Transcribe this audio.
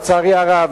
לצערי הרב,